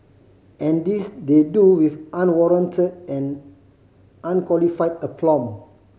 and this they do with unwarranted and unqualified aplomb